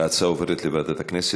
ההצעות עוברות לוועדת הכנסת.